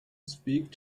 speak